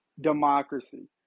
democracy